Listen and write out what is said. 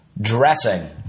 dressing